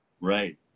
Right